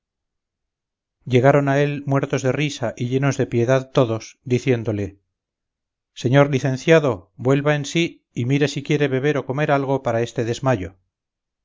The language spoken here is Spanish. llegaron a él muertos de risa y llenos de piedad todos diciéndole señor licenciado vuelva en sí y mire si quiere beber o comer algo para este desmayo